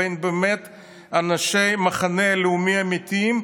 אנשי מחנה לאומי אמיתיים,